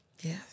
Yes